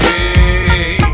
Hey